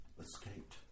escaped